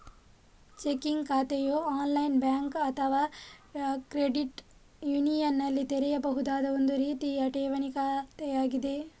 checking ಖಾತೆಯು online bank ಅಥವಾ credit ಯೂನಿಯನಿನಲ್ಲಿ ತೆರೆಯಬಹುದಾದ ಒಂದು ರೀತಿಯ ಠೇವಣಿ ಖಾತೆಯಾಗಿದೆ